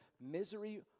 misery